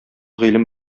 гыйлем